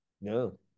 No